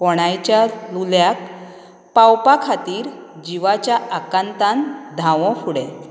कोणायच्या उल्याक पावपा खातीर जिवाच्या आकांतान धाव फुडें